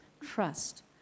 trust